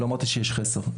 לא אמרתי שיש מחסור.